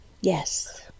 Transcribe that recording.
Yes